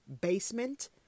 basement